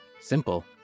Simple